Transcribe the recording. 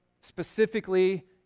specifically